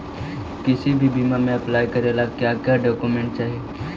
किसी भी बीमा में अप्लाई करे ला का क्या डॉक्यूमेंट चाही?